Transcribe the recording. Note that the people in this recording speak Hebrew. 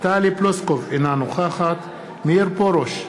טלי פלוסקוב, אינה נוכחת מאיר פרוש,